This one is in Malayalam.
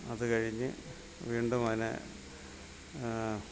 അത് കഴിഞ്ഞ് വീണ്ടും അതിനെ